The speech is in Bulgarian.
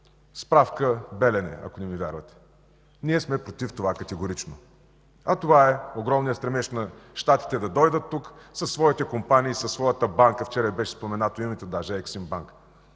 Справка – „Белене”, ако не ми вярвате. Ние сме против това категорично. Това е огромният стремеж на Щатите да дойдат тук със своите компании, със своята банка, вчера беше споменато името даже – „Ексимбанк”,